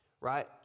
Right